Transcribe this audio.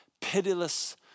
pitiless